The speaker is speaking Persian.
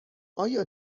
آیا